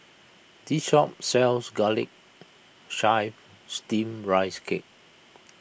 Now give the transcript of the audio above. this shop sells Garlic Chives Steamed Rice Cake